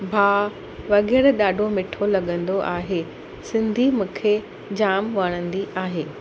भाव वग़ैरह ॾाढो मीठो लॻंदो आहे सिंधी मूंखे जाम वणंदी आहे